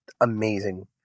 amazing